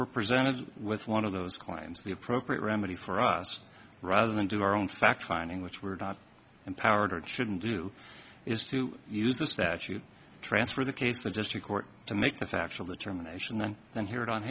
were presented with one of those climbs the appropriate remedy for us rather than do our own fact finding which we're not empowered shouldn't do is to use the statute transfer the case the district court to make the factual determination and then hear it on